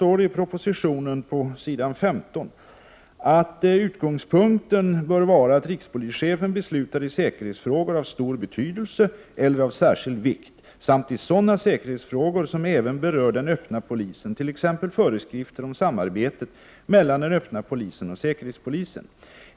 I propositionen står på s. 15 följande: ”Utgångspunkten bör vara att rikspolischefen beslutar i säkerhetsfrågor av stor betydelse eller av särskild vikt samt i sådana säkerhetsfrågor som även berör den öppna polisen, t.ex. föreskrifter om samarbetet mellan den öppna polisen och säkerhetspolisen.